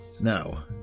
Now